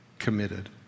Committed